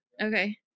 okay